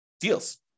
deals